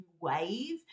wave